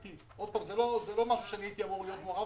ארז קמיניץ, המשנה ליועץ המשפטי לממשלה.